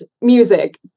music